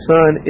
Son